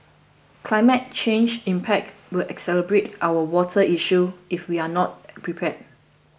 climate change impact will exacerbate our water issues if we are not prepared